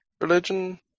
religion